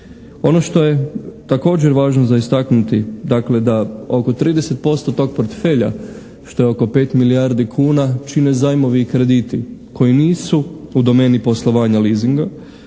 Ono što je također važno za istaknuti dakle da oko 30% tog portfelja što je oko 5 milijardi kuna, čine zajmovi i krediti koji nisu u domeni poslovanja leasinga,